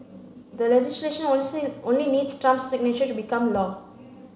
the legislation only needs Trump's signature to become law